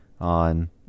on